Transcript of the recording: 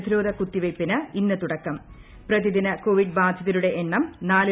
പ്രതിരോധ കുത്തിവെയ്പ്പിന് ഇന്ന് തുടക്കം പ്രതിദിന കോവിഡ് ബാധിതരുട എണ്ണം നാല് ലക്ഷം കടന്നു